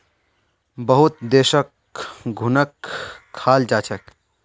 बहुत देशत घुनक खाल जा छेक